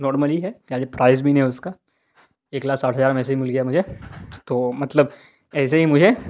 normally ہے زیادہ price بھی نہیں ہے اس کا ایک لاکھ ساٹھ ہزار میں ایسے ہی مل گیا مجھے تو مطلب ایسے ہی مجھے